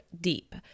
deep